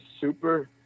super